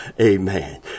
Amen